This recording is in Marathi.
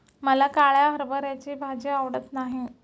मला काळ्या हरभऱ्याची भाजी आवडत नाही